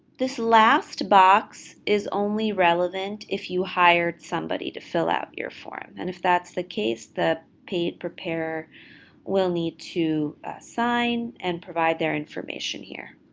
this last box is only relevant if you hired somebody to fill out your form, and if that's the case, the paid preparer will need to sign and provide their information here.